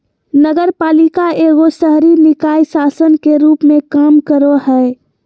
नगरपालिका एगो शहरी निकाय शासन के रूप मे काम करो हय